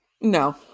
No